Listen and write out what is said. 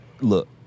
Look